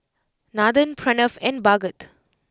Nathan Pranav and Bhagat